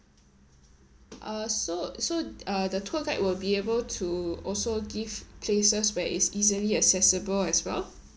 uh so so uh the tour guide will be able to also give places where it's easily accessible as well